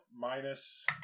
minus